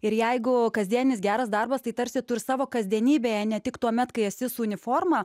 ir jeigu kasdieninis geras darbas tai tarsi tu ir savo kasdienybėje ne tik tuomet kai esi su uniforma